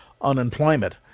unemployment